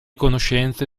conoscenze